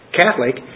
Catholic